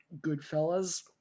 Goodfellas